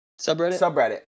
Subreddit